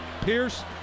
Pierce